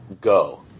go